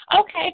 okay